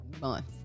month